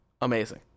Amazing